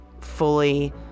fully